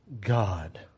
God